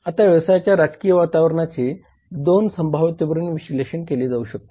आता व्यवसायाच्या राजकीय वातावरणाचे 2 संभाव्यतेवरून विश्लेषण केले जाऊ शकते